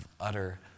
utter